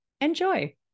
Enjoy